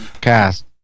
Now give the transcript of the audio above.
cast